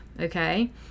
okay